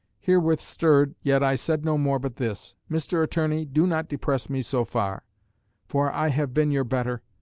herewith stirred, yet i said no more but this mr. attorney, do not depress me so far for i have been your better,